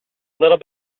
little